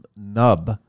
nub